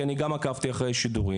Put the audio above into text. אני גם עקבתי אחרי השידורים,